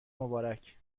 مبارک